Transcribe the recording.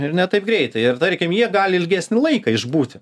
ir ne taip greitai ir tarkim jie gali ilgesnį laiką išbūti